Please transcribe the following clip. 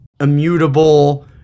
immutable